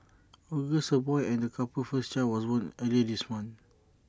August A boy and the couple's first child was born earlier this month